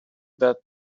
that